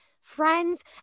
friends